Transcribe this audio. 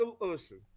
listen